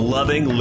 Loving